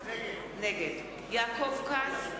נגד יעקב כץ,